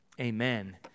Amen